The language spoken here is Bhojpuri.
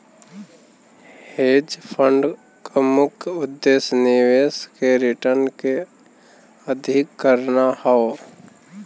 हेज फंड क मुख्य उद्देश्य निवेश के रिटर्न के अधिक करना हौ